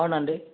అవునండి